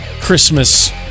Christmas